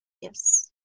Yes